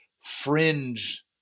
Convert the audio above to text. fringe